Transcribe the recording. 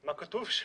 מה כתוב שם,